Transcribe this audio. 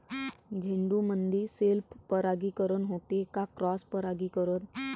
झेंडूमंदी सेल्फ परागीकरन होते का क्रॉस परागीकरन?